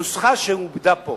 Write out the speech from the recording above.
הנוסחה שעובדה פה